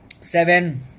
Seven